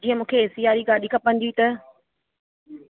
जीअं मूंखे एसी वारी गाॾी खपंदी हुई त